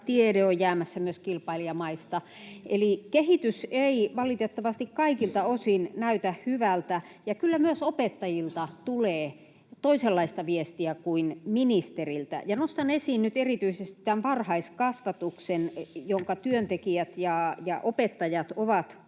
tiede on jäämässä myös kilpailijamaista, eli kehitys ei valitettavasti kaikilta osin näytä hyvältä. Ja kyllä myös opettajilta tulee toisenlaista viestiä kuin ministeriltä — nostan esiin nyt erityisesti tämän varhaiskasvatuksen, jonka työntekijät ja opettajat ovat